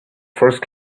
first